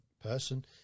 person